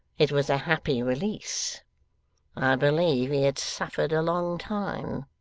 it was a happy release. i believe he had suffered a long time